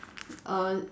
er